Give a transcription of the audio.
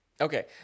Okay